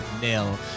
Nil